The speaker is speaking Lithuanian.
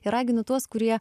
ir raginu tuos kurie